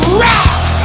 rock